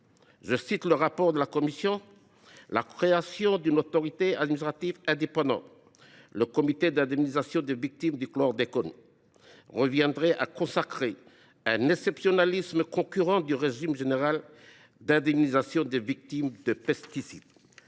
Le rapport de la commission indique ainsi que « la création d’une autorité administrative indépendante – le Comité d’indemnisation des victimes du chlordécone – reviendrait à consacrer un exceptionnalisme concurrent du régime général d’indemnisation des victimes de pesticides ».